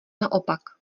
naopak